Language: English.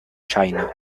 china